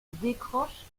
décroche